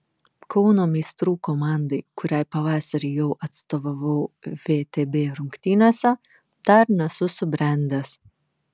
kauno meistrų komandai kuriai pavasarį jau atstovavau vtb rungtynėse dar nesu subrendęs